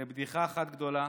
זו בדיחה אחת גדולה.